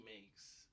makes